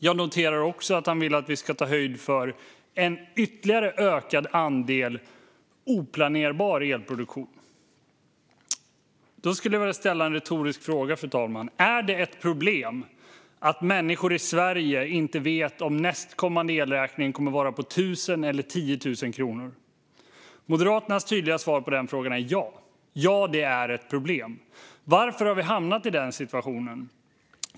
Jag noterar också att han vill att vi ska ta höjd för en ytterligare ökad andel oplanerbar elproduktion. Jag skulle vilja ställa en retorisk fråga, fru talman. Är det ett problem att människor i Sverige inte vet om nästkommande elräkning kommer att vara på 1 000 eller 10 000 kronor? Moderaternas tydliga svar på den frågan är: Ja, det är ett problem. Varför har vi hamnat i denna situation?